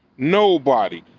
no body